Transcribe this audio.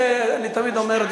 זה אני תמיד אומר,